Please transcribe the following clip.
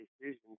decisions